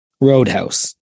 Roadhouse